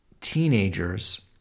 teenagers